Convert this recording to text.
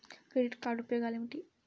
Credit card ఉపయోగాలు ఏమిటి?